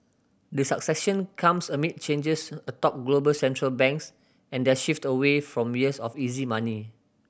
the succession comes amid changes atop global Central Banks and their shift away from years of easy money